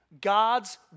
God's